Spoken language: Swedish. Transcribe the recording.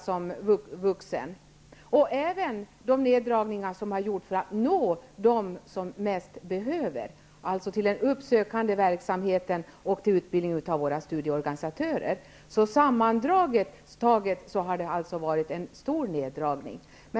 Det gäller även de neddragningar som gjorts av ansträngningarna att nå de mest behövande, alltså av den uppsökande verksamheten och utbildningen av våra studieorganisatörer. Sammantaget har det varit en stor neddragning.